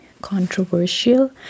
controversial